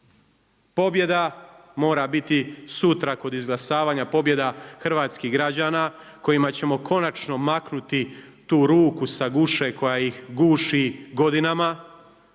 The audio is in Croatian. Pobjeda mora biti sutra kod izglasavanja, pobjeda hrvatskih građana kojima ćemo konačno maknuti tu ruku sa guše koja ih guši godinama.